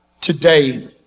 Today